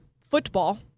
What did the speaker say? football